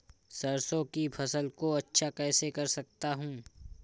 सरसो की फसल को अच्छा कैसे कर सकता हूँ?